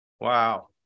Wow